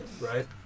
right